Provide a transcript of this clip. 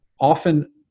often